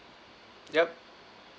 yup